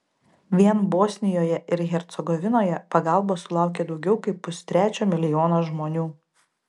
vien bosnijoje ir hercegovinoje pagalbos sulaukė daugiau kaip pustrečio milijono žmonių